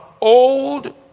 old